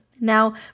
Now